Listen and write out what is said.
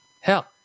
Hell